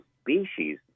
species